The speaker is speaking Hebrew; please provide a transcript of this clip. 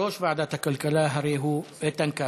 יושב-ראש ועדת הכלכלה, הרי הוא איתן כבל.